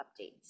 updates